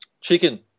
Chicken